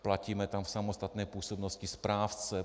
Platíme tam v samostatné působnosti správce.